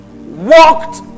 Walked